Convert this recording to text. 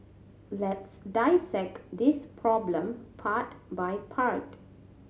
let's dissect this problem part by part